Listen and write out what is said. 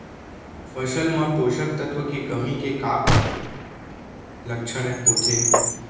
फसल मा पोसक तत्व के कमी के का लक्षण होथे?